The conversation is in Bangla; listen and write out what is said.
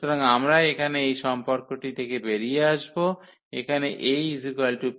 সুতরাং আমরা এখানে এই সম্পর্কটি থেকে বেরিয়ে আসব এখানে A𝑃D𝑃−1